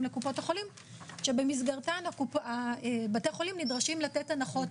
לקופות החולים שבמסגרתו בתי החולים נדרשים לתת הנחות